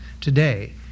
today